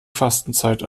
fastenzeit